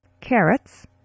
Carrots